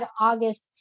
August